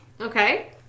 Okay